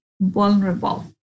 vulnerable